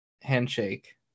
handshake